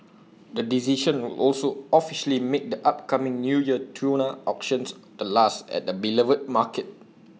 the decision will also officially make the upcoming New Year tuna auctions the last at the beloved market